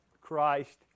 Christ